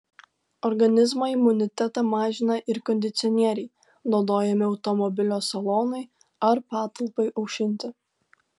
organizmo imunitetą mažina ir kondicionieriai naudojami automobilio salonui ar patalpai aušinti